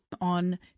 on